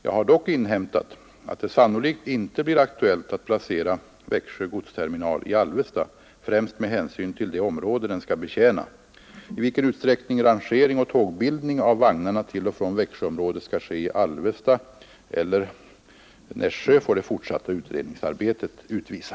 Jag har dock inhämtat att det sannolikt inte blir aktuellt att placera Växjö godsterminal i Alvesta — främst med hänsyn till det område den skall betjäna. I vilken utsträckning rangering och tågbildning av vagnarna till och från Växjöområdet skall ske i Alvesta och/eller Nässjö får det fortsatta utredningsarbetet utvisa.